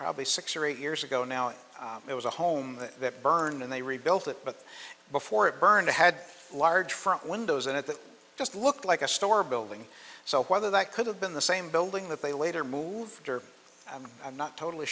probably six or eight years ago now and it was a home that burned and they rebuilt it but before it burned a had large front windows in it that just looked like a store building so whether that could have been the same building that they later moved or i'm not totally